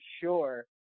sure